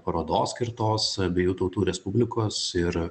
parodos skirtos abiejų tautų respublikos ir